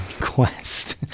quest